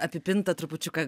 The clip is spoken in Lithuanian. apipinta trupučiuką